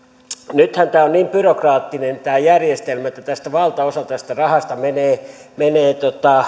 nythän tämä järjestelmä on niin byrokraattinen että valtaosa tästä rahasta menee menee